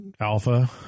Alpha